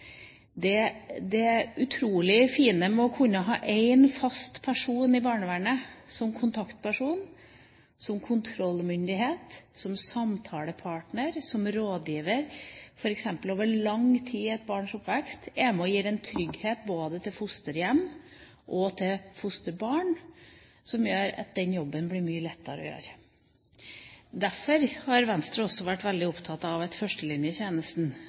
Det utrolig fine ved å kunne ha én fast person i barnevernet som kontaktperson, som kontrollmyndighet, som samtalepartner, som rådgiver f.eks. over lang tid i et barns oppvekst, er med på å gi en trygghet både til fosterhjem og fosterbarn som gjør at denne jobben blir mye lettere å gjøre. Derfor har Venstre også vært veldig opptatt av